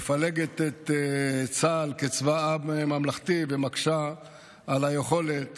מפלגת את צה"ל כצבא עם ממלכתי, ומקשה על היכולת